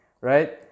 Right